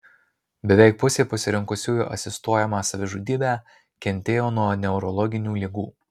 beveik pusė pasirinkusiųjų asistuojamą savižudybę kentėjo nuo neurologinių ligų